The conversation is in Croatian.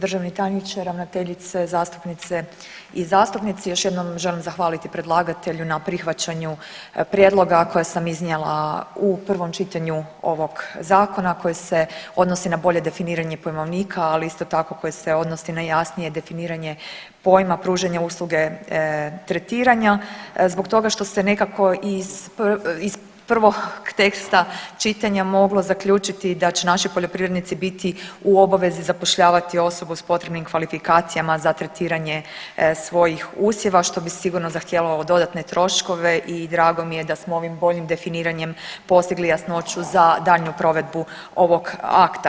Državni tajniče, ravnateljice, zastupnice i zastupnici još jednom želim zahvaliti predlagatelju na prihvaćanju prijedloga koje sam iznijela u prvom čitanju ovog zakona koji se odnosi na bolje definiranje pojmovnika, ali isto tako koji se odnosi na jasnije definiranje pojma pružanje usluge tretiranja zbog toga što se nekako iz, iz prvog teksta čitanja moglo zaključiti da će naši poljoprivrednici biti u obavezi zapošljavati osobu s potrebnim kvalifikacijama za tretiranje svojih usjeva što bi sigurno zahtijevalo dodatne troškove i drago mi je da smo ovim boljim definiranjem postigli jasnoću za daljnju provedbu ovog akta.